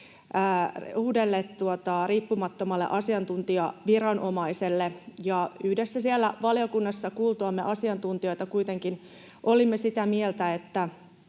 uudelle riippumattomalle asiantuntijaviranomaiselle. Yhdessä siellä valiokunnassa asiantuntijoita kuultuamme olimme kuitenkin sitä mieltä, että